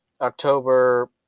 October